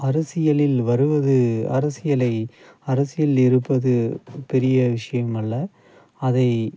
அரசியலில் வருவது அரசியலை அரசியல் இருப்பது பெரிய விஷயம் அல்ல அதை